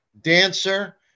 Dancer